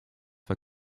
war